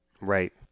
Right